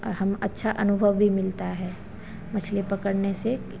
और हम अच्छा अनुभव भी मिलता है मछली पकड़ने से